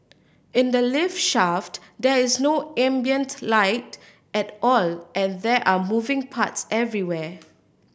in the lift shaft there is no ambient light at all and there are moving parts everywhere